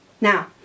Now